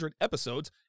episodes